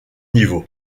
niveau